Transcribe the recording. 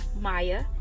Maya